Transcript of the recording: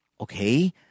okay